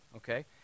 Okay